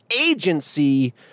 agency